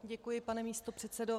Děkuji, pane místopředsedo.